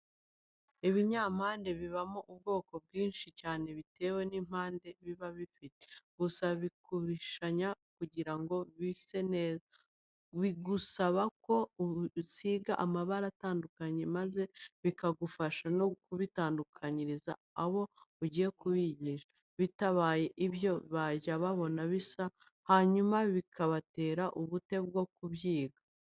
Ibinyampande bibamo ubwoko bwinshi cyane bitewe n'impande biba bifite. Gusa kubishushanya kugira ngo bise neza, bigusaba ko ubisiga amabara atandukanye maze bikagufasha no kubitandukanyiriza abo ugiye kubyigisha, bitabaye ibyo bajya babona bisa hanyuma bikabatera ubute bwo kubyiga.